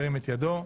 ירים את ידו.